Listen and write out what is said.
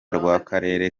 rw’akarere